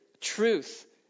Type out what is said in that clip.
Truth